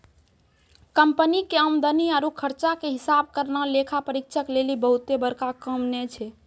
company के आमदनी आरु खर्चा के हिसाब करना लेखा परीक्षक लेली बहुते बड़का काम नै छै